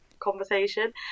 conversation